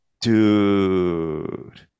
dude